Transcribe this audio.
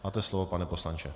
Máte slovo, pane poslanče.